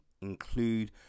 include